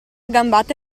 gambata